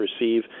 receive